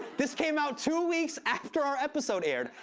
this came out two weeks after our episode aired.